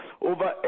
over